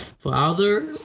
Father